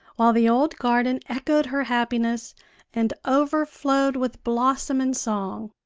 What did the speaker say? while the old garden echoed her happiness and overflowed with blossom and song.